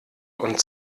und